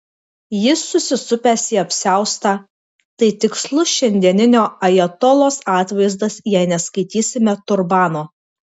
jis susisupęs į apsiaustą tai tikslus šiandieninio ajatolos atvaizdas jei neskaitysime turbano